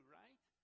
right